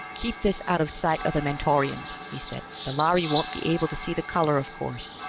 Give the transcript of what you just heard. keep this out of sight of the mentorians, he said. the lhari won't be able to see the color, of course.